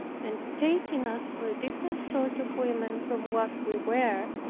and taking us for a different sort of women from what we were,